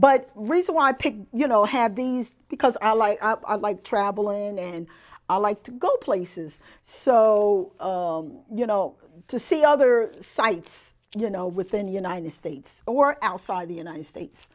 but reason why i pick you know have these because i like my traveling and i like to go places so you know to see other sites you know within the united states or outside the united states